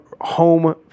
home